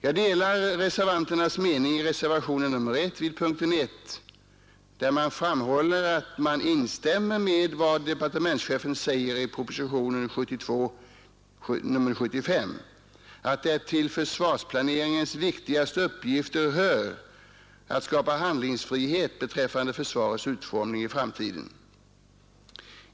Jag delar reservanternas mening i reservationen 1 vid punkten 1, där man framhåller att man ”instämmer i departementschefens uttalande att till försvarsplaneringens viktigaste uppgifter hör att skapa handlingsfrihet beträffande försvarets utformning i framtiden.